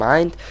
Mind